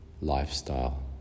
lifestyle